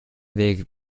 weg